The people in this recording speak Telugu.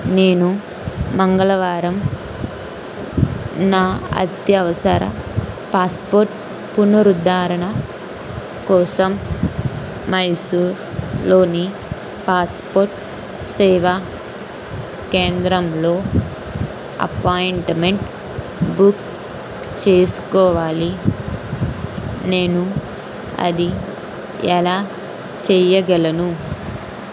నేను మంగళవారం నా అత్యవసర పాస్పోర్ట్ పునరుద్ధారణ కోసం మైసూర్లోని పాస్పోర్ట్ సేవా కేంద్రంలో అపాయింట్మెంట్ బుక్ చేసుకోవాలి నేను అది ఎలా చేయగలను